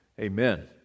amen